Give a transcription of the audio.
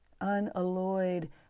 Unalloyed